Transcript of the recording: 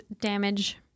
damage